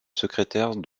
secrétaire